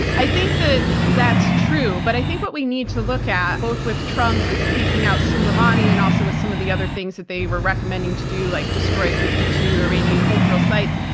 i think that that's true but i think what we need to look at both, with trump taking out soleimani and also with some of the other things that they were recommending to do like destroy fifty two iranian cultural sites,